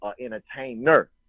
entertainer